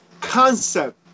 concept